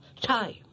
time